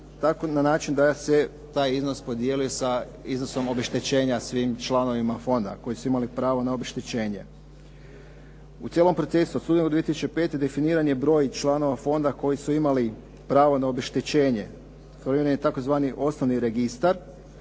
na način da se taj iznos podijeli sa iznosom obeštećenja svim članovima fonda koji su imali pravo na obeštećenje. U cijelom procesu od studenog 2005. definiran je broj članova fonda koji su imali pravo na obeštećenje, kreiran je tzv. osnovni registar